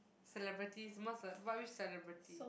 celebrities a what which celebrity